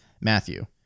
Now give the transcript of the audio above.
Matthew